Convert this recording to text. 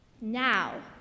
Now